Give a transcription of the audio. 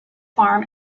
farm